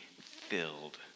filled